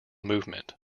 movement